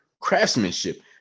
craftsmanship